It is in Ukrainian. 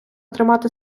тримати